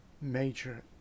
major